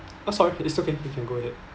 oh sorry it's okay you can go ahead